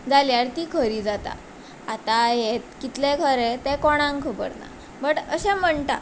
जाल्यार ती खरी जाता आतां हें कितलें खरें तें कोणाक खबर ना बट अशें म्हणटा